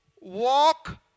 walk